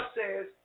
says